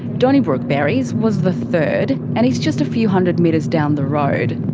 donnybrook berries was the third and it's just a few hundred metres down the road.